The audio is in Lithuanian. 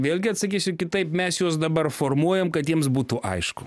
vėlgi atsakysiu kitaip mes juos dabar formuojam kad jiems būtų aišku